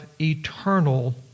eternal